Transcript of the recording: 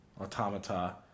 Automata